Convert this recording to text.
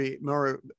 more